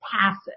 passive